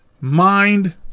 mind